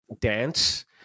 dance